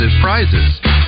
prizes